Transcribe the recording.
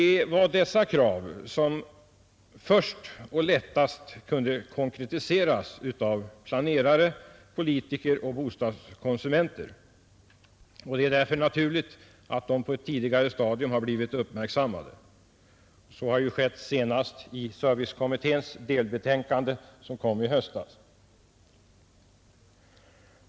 Det var dessa krav som först och lättast kunde konkretiseras av planerare, politiker och bostadskonsumenter, och det är därför naturligt att de på ett tidigare stadium blivit uppmärksammade. Så har skett senast i servicekommitténs delbetänkande som kom i höstas.